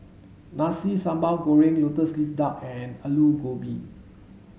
Nasi Sambal Goreng lotus leaf duck and Aloo Gobi